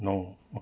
नौ